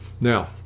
Now